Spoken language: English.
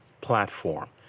platform